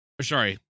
sorry